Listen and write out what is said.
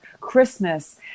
Christmas